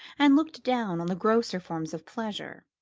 and looked down on the grosser forms of pleasure.